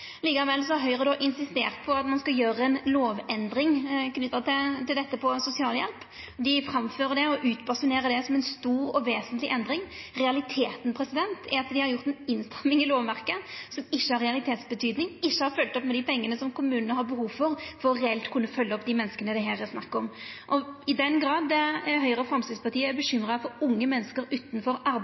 Likevel har Høgre insistert på at ein skal gjera ei lovendring knytt til dette med sosialhjelp. Dei framfører det og utbasunerer det som ei stor og vesentleg endring. Realiteten er at dei har gjort ei innstraming i lovverket, som ikkje har realitetsbetyding, og utan å følgja opp med dei pengane som kommunane har behov for for reelt å kunna hjelpa dei menneska det her er snakk om. I den grad Høgre og Framstegspartiet er bekymra for unge menneske utanfor